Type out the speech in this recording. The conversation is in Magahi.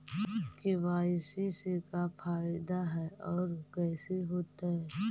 के.वाई.सी से का फायदा है और कैसे होतै?